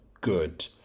good